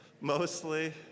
mostly